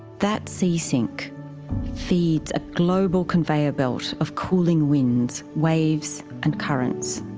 that sea-sink feeds a global conveyor belt of cooling winds, waves and currents.